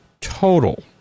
total